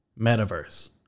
metaverse